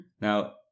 now